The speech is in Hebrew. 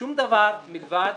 שום דבר מלבד